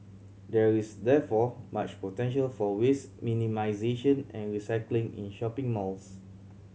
there is therefore much potential for waste minimisation and recycling in shopping malls